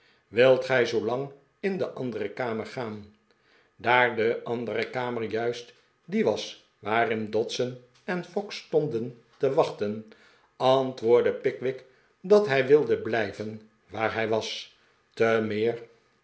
wilt gij zoolang in de andere kamer gaan daar de andere kamer juist die was waarin dodson en fogg stonden te wachten antwoordde pickwick dat hij wilde blijven waar hij was te meer